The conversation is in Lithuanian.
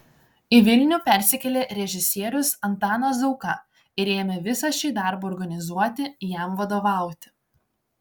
į vilnių persikėlė režisierius antanas zauka ir ėmė visą šį darbą organizuoti jam vadovauti